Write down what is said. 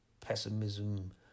pessimism